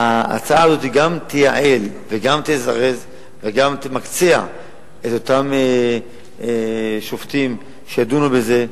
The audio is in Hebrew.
ההצעה הזאת גם תייעל וגם תזרז וגם תמקצע את אותם שופטים שידונו בזה.